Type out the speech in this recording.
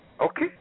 Okay